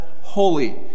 holy